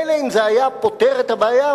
מילא אם זה היה פותר את הבעיה,